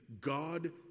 God